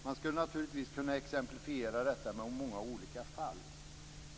Man skulle naturligtvis kunna exemplifiera detta med många olika fall.